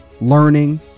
learning